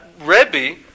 Rebbe